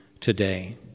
today